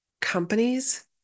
companies